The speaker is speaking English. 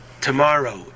tomorrow